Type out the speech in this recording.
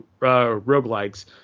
roguelikes